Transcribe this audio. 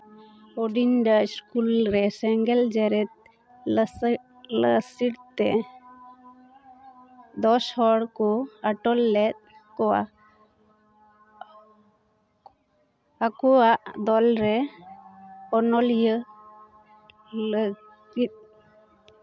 ᱩᱰᱱᱰᱟᱨ school ᱨᱮ ᱥᱮᱸᱜᱮᱞ ᱡᱮᱨᱮᱫ ᱞᱟᱹᱥᱤᱰ ᱛᱮ ᱫᱚᱥ ᱦᱚᱲ ᱠᱚ ᱟᱴᱚᱞ ᱞᱮᱫ ᱠᱚᱣᱟ ᱟᱠᱚᱣᱟᱜ ᱫᱚᱞᱨᱮ ᱚᱱᱚᱞᱤᱭᱟᱹ ᱞᱟᱹᱜᱤᱫ